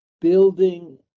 building